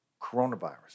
coronavirus